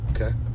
okay